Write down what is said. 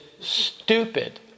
stupid